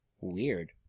Weird